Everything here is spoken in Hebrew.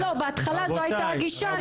בהתחלה זו הייתה הגישה.